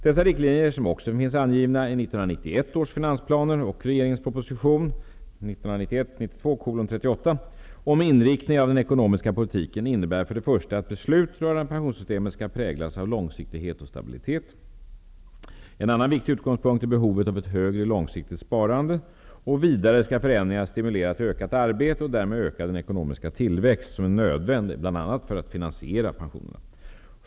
Dessa riktlinjer, som också finns angivna i 1991 års finansplaner och regeringens proposition 1991/92:38 om inriktningen av den ekonomiska politiken, innebär för det första att beslut rörande pensionssystemet skall präglas av långsiktighet och stabilitet. En annan viktig utgångspunkt är behovet av ett högre långsiktigt sparande. Vidare skall förändringarna stimulera till ökat arbete och därmed öka den ekonomiska tillväxt som är nödvändig bl.a. för att finansiera pensionerna.